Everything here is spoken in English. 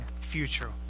future